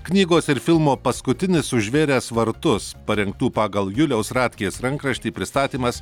knygos ir filmo paskutinis užvėręs vartus parengtų pagal juliaus ratkės rankraštį pristatymas